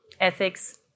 ethics